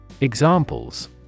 Examples